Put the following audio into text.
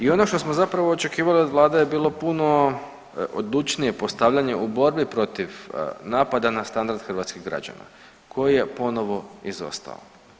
I ono što smo zapravo očekivali od vlade je bilo puno odlučnije postavljanje u borbi protiv napada na standard hrvatskih građana koji je ponovo izostao.